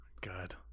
God